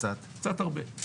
קצת הרבה.